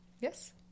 Yes